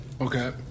Okay